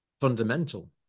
fundamental